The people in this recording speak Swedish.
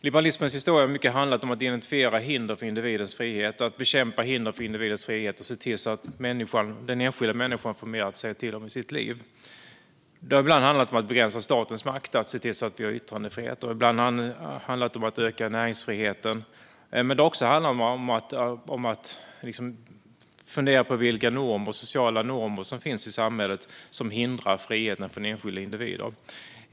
Liberalismens historia har mycket handlat om att identifiera hinder för individens frihet, bekämpa sådana hinder och se till att den enskilda människan får mer att säga till om i sitt liv. Det har ibland handlat om att begränsa statens makt, se till att vi har yttrandefrihet och öka näringsfriheten, men det har också handlat om att fundera på vilka sociala normer som finns i samhället och som hindrar friheten för enskilda individer.